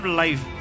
life